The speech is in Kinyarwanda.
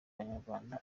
abanyarwanda